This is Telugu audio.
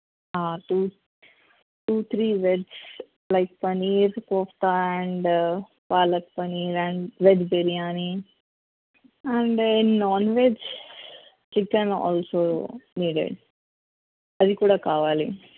to two three veg like paneer పోస్తా and palak paneer and veg biryani and non veg chicken also needed అది కూడా కావాలి